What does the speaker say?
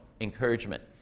encouragement